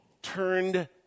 Turned